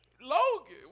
Logan